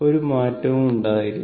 ഒരു മാറ്റവും ഉണ്ടാകില്ല